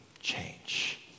change